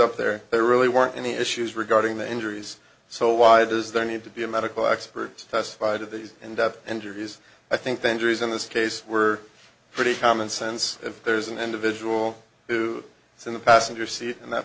up there they really weren't any issues regarding the injuries so why does there need to be a medical expert testified of these in depth injuries i think the injuries in this case were pretty common sense if there's an individual who is in the passenger seat and that